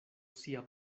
sia